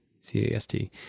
C-A-S-T